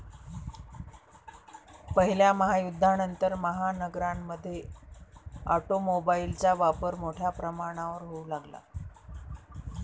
पहिल्या महायुद्धानंतर, महानगरांमध्ये ऑटोमोबाइलचा वापर मोठ्या प्रमाणावर होऊ लागला